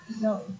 no